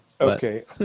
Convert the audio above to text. Okay